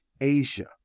Asia